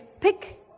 pick